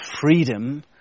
freedom